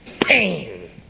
Pain